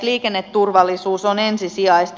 liikenneturvallisuus on ensisijaista